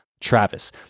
Travis